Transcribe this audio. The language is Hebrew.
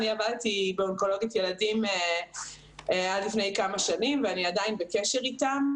אני עבדתי באונקולוגית ילדים עד לפני כמה שנים ואני עדיין בקשר איתם.